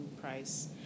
price